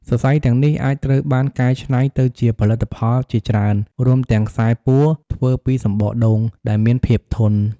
សរសៃទាំងនេះអាចត្រូវបានកែច្នៃទៅជាផលិតផលជាច្រើន រួមទាំង ខ្សែពួរធ្វើពីសំបកដូង ដែលមានភាពធន់។